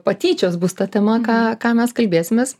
patyčios bus ta tema ką ką mes kalbėsimės